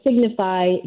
signify